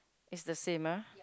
it's the same ah